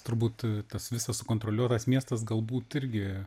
turbūt tas visas sukontroliuotas miestas galbūt irgi